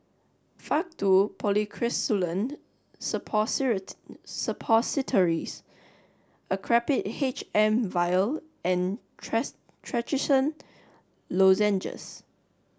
Faktu Policresulen Suppositories Actrapid H M vial and Trachisan Lozenges